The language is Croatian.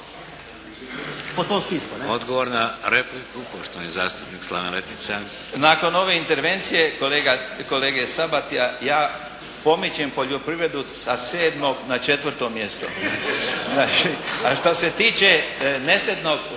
Odgovor na repliku poštovani zastupnik Slaven Letica. **Letica, Slaven (Nezavisni)** Nakon ove intervencije kolege Sabatja ja pomičem poljoprivredu sa sedmog na četvrto mjesto. A šta se tiče nesretnog